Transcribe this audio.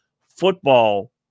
Football